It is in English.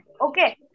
Okay